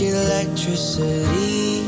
electricity